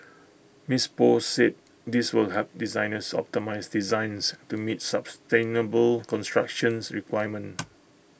miss Poh said this will help designers optimise designs to meet sustainable constructions requirements